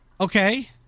Okay